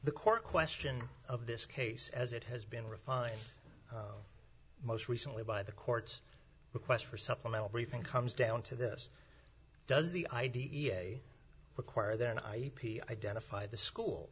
the core question of this case as it has been refined most recently by the courts request for supplemental briefing comes down to this does the i d e a require then i identify the school